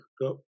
go